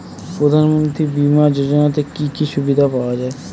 প্রধানমন্ত্রী বিমা যোজনাতে কি কি সুবিধা পাওয়া যায়?